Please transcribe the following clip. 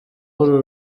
w’uru